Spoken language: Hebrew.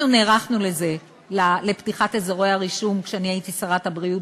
אנחנו נערכנו לפתיחת אזורי הרישום כשאני הייתי שרת הבריאות,